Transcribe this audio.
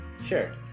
Sure